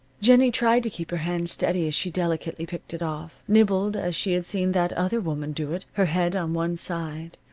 jennie tried to keep her hand steady as she delicately picked it off, nibbled as she had seen that other woman do it, her head on one side,